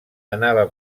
anava